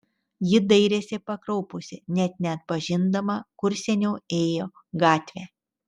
ji dairėsi pakraupusi net neatpažindama kur seniau ėjo gatvė